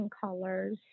colors